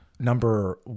Number